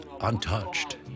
untouched